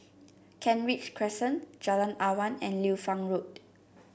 Kent Ridge Crescent Jalan Awan and Liu Fang Road